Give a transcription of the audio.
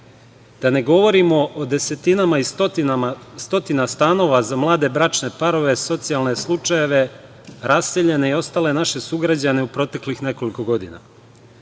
ne govorimo o desetinama i stotinama stanova za mlade bračne parove, socijalne slučajeve, raseljene i ostale naše sugrađane u proteklih nekoliko godina.